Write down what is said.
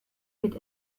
wird